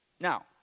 Now